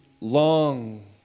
long